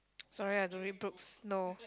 sorry I don't read books no